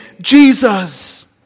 Jesus